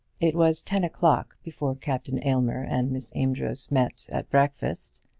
it was ten o'clock before captain aylmer and miss amedroz met at breakfast,